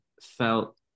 felt